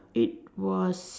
it was